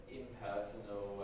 impersonal